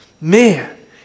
Man